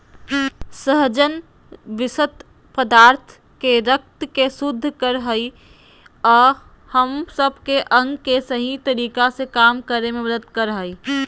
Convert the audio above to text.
सहजन विशक्त पदार्थ के रक्त के शुद्ध कर हइ अ हम सब के अंग के सही तरीका से काम करे में मदद कर हइ